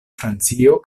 francio